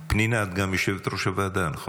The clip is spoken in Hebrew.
פנינה, את גם יושבת-ראש הוועדה, נכון?